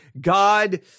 God